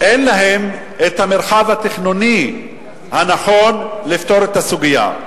אין להן המרחב התכנוני הנכון לפתור את הסוגיה,